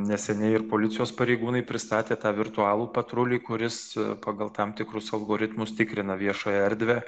neseniai ir policijos pareigūnai pristatė tą virtualų patrulį kuris pagal tam tikrus algoritmus tikrina viešąją erdvę